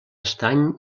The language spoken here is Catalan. estany